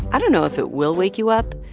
i don't know if it will wake you up,